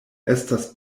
estas